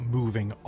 moving